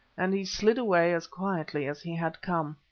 and he slid away as quietly as he had come.